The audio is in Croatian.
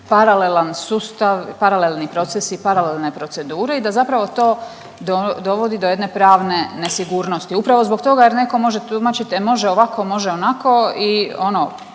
paralelan sustav, parlaleni procesi, paralelne procedure i da zapravo to dovodi do jedne pravne nesigurnosti, upravo zbog toga jer neko može tumačiti e može ovako, može onako i ono